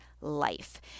life